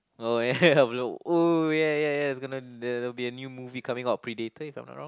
oh ya ya blue oh ya ya ya there's gonna there will be a new movie coming out Predator if I'm not wrong